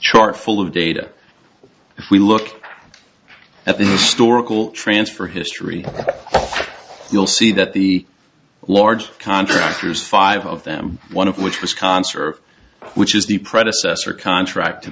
chart full of data if we look at the storable transfer history you'll see that the large contractors five of them one of which was concer which is the predecessor contract